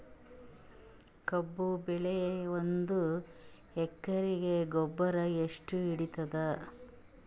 ಕಬ್ಬು ಬೆಳಿ ಒಂದ್ ಎಕರಿಗಿ ಗೊಬ್ಬರ ಎಷ್ಟು ಹಿಡೀತದ?